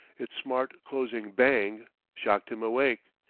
its smart closing bang shocked him awake.